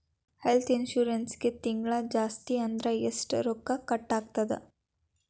ಹೆಲ್ತ್ಇನ್ಸುರೆನ್ಸಿಗೆ ತಿಂಗ್ಳಾ ಜಾಸ್ತಿ ಅಂದ್ರ ಎಷ್ಟ್ ರೊಕ್ಕಾ ಕಟಾಗ್ತದ?